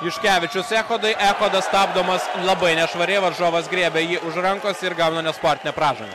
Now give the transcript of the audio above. juškevičius echodui echodas stabdomas labai nešvariai varžovas griebė jį už rankos ir gauna nesportinę pražangą